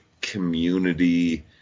community